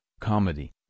comedy